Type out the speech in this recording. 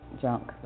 junk